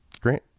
Great